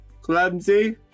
clumsy